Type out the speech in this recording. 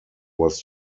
was